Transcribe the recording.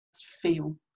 feel